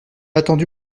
attendu